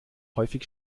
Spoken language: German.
häufig